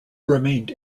remained